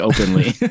openly